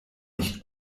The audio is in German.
nicht